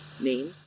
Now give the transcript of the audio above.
Name